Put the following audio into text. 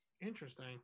Interesting